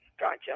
gotcha